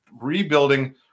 rebuilding